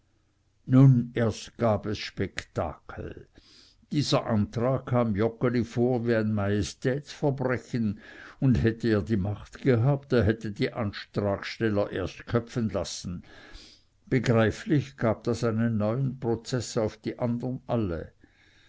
nun erst gab es spektakel dieser antrag kam joggeli vor wie ein majestätsverbrechen und hätte er die macht gehabt er hätte die antragsteller erst köpfen lassen begreiflich gab das einen neuen prozeß auf die andern alle